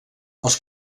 els